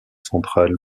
central